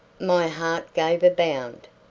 my heart gave a bound.